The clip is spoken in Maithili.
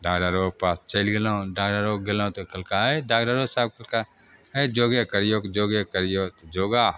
डॉक्डरोके पास चलि गेलहुॅं डॉक्डरोके गेलहुॅं तऽ कहलकै हैं डॉक्डरो साहब कहलकै हइ योगे करियौ योगे करियौ तऽ योगा